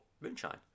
moonshine